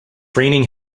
raining